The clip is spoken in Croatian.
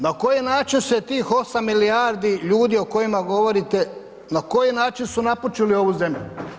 Na koji način se tih 8 milijardi ljudi o kojima govorite, na koji način su napučili ovu zemlju?